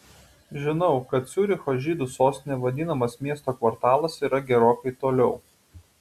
žinau kad ciuricho žydų sostine vadinamas miesto kvartalas yra gerokai toliau